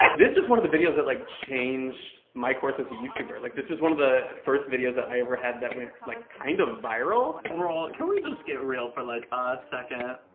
um this was one of the videos that like changed my course as a youtuber. like this was one of the first videos that i ever had that went like kind of viral. girl, can we just get real for like a second?